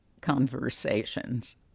conversations